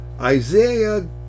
Isaiah